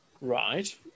Right